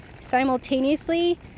simultaneously